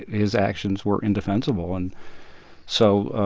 his actions were indefensible. and so,